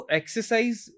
exercise